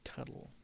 Tuttle